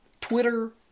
Twitter